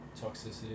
Toxicity